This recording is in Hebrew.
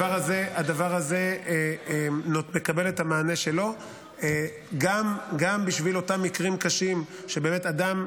הדבר הזה מקבל את המענה שלו גם בשביל אותם מקרים קשים שבאמת אדם,